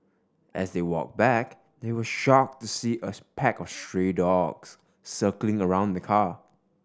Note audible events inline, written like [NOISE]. as they walked back they were shocked to see a [UNINTELLIGIBLE] pack of stray dogs circling around the car